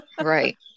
Right